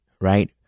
right